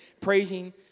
praising